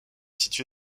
situé